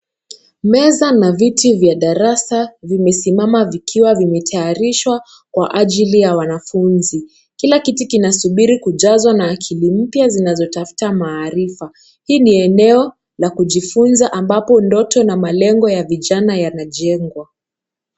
Meza na viti vya darasa, nimesimama vikiwa vimetayarishwa kwa ajili ya wanafunzi. Kila kiti kinasubiri kujazwa na akili mpya zinazotafuta maarifa. Hili ni eneo la kujifunza ambapo ndoto na malengo ya vijana yanajengwa.